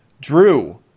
Drew